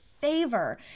favor